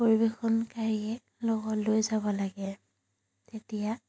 পৰিৱেশনকাৰীয়ে লগত লৈ যাব লাগে তেতিয়া